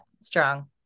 strong